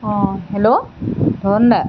অঁ হেল্ল' ধন দা